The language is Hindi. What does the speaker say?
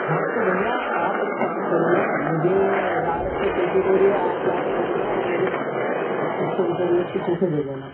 हाँ तो भैया आप एक काम करो ना मुझे राड के पैकेट और ये आप ला के दे देना और मुझे पच्चीस सौ रुपए रोज के सूखे दे देना